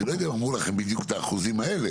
אני לא יודע אם אמרו לכם בדיוק את האחוזים האלה,